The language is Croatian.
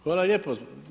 Hvala lijepo.